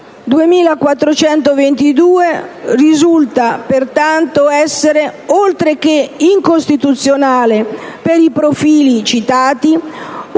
2422 risulta essere pertanto, oltre che incostituzionale per i profili citati,